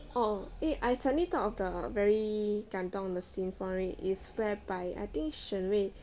oh eh I suddenly thought of the very 感动的 scene from it it's played by I think 沈巍